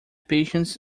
patients